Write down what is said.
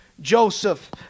Joseph